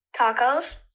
Tacos